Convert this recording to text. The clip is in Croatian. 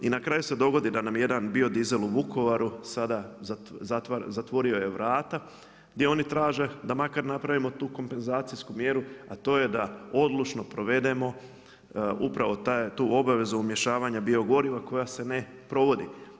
I na kraju se dogodi da nam jedan bio dizel u Vukovaru, sada, zatvorio je vrata gdje oni traže da makar napravimo tu kompenzacijsku mjeru, a to je da odlučno provedeno upravo tu obavezu umiješavanja bio goriva, koja se ne provodi.